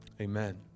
Amen